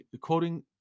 quoting